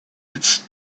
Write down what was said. its